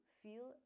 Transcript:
feel